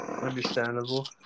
understandable